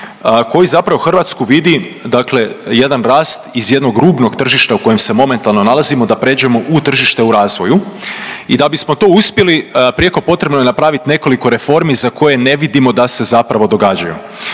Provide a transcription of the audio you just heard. koji zapravo Hrvatsku vidi dakle jedan rast iz jednog rubnog tržišta u kojem se momentalno nalazimo da pređemo u tržište u razvoju i da bismo to uspjeli prijeko potrebno je napravit nekoliko reformi za koje ne vidimo da se zapravo događaju.